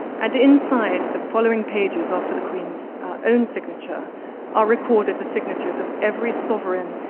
and inside, the following pages after the queen's own signature are recorded the signatures of every sovereign,